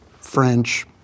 French